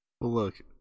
look